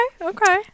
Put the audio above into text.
okay